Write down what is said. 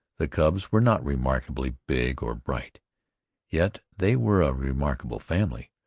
the cubs were not remarkably big or bright yet they were a remarkable family,